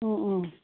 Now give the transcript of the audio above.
ꯎꯝ ꯎꯝ